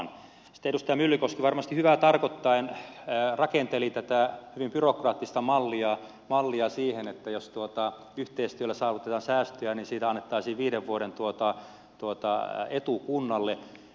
sitten edustaja myllykoski varmasti hyvää tarkoittaen rakenteli tätä hyvin byrokraattista mallia siihen että jos yhteistyöllä saavutetaan säästöjä niin siitä annettaisiin viiden vuoden etu kunnalle